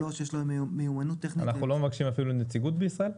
3.יש לו מיומנות טכנית --- אנחנו לא מבקשים אפילו נציגות בישראל?